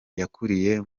yakuriye